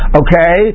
okay